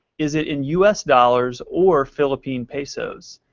is it in u s. dollars or philippine pesos?